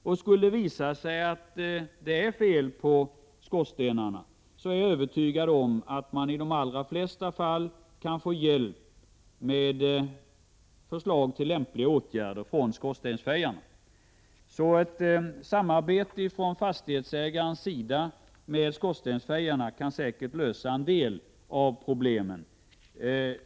Om det skulle visa sig att det är fel på skorstenarna, är jag övertygad om att man i de allra flesta fall kan få förslag till lämpliga åtgärder från skorstensfejarna. Ett samarbete mellan fastighetsägarna och skorstensfejarna kan säkert leda till att en del av problemen kan lösas.